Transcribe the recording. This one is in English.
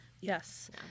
Yes